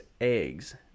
eggs